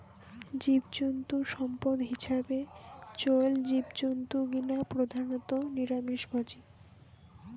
জীবজন্তু সম্পদ হিছাবে চইল জীবজন্তু গিলা প্রধানত নিরামিষভোজী